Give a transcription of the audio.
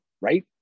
right